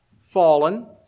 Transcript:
fallen